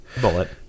bullet